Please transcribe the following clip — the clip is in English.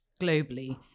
globally